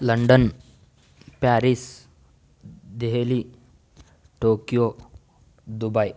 London Paris Delhi Tokyo Dubai